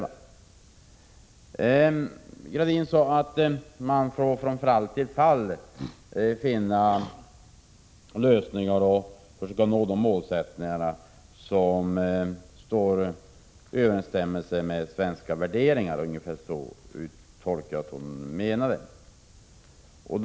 Statsrådet Gradin sade att man från fall till fall får finna lösningar och försöka nå de mål som står i överensstämmelse med svenska värderingar — ungefär så tolkar jag hennes uttalande.